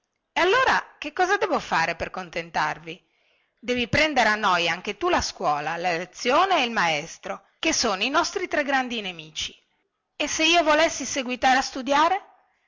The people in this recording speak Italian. e allora che cosa devo fare per contentarvi devi prendere a noia anche tu la scuola la lezione e il maestro che sono i nostri tre grandi nemici e se io volessi seguitare a studiare